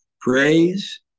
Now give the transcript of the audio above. praise